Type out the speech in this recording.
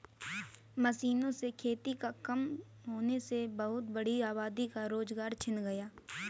मशीनों से खेती का काम होने से बहुत बड़ी आबादी का रोजगार छिन गया है